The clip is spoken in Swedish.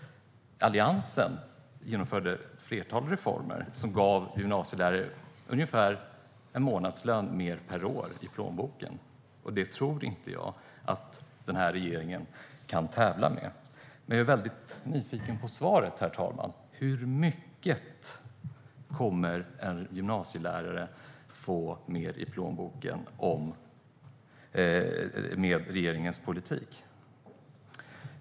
Alliansen genomförde ett flertal reformer som gav gymnasielärare ungefär en månadslön mer per år i plånboken. Det tror jag inte att den här regeringen kan tävla med. Men jag är, herr talman, väldigt nyfiken på svaret. Hur mycket mer i plånboken kommer en gymnasielärare att få med regeringens politik?